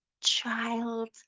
child